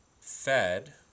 Fed